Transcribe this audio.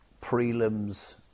prelims